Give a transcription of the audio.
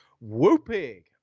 whooping